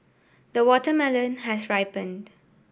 the watermelon has ripened